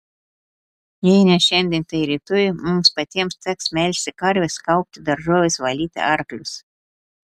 jei ne šiandien tai rytoj mums patiems teks melžti karves kaupti daržoves valyti arklius